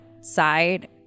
side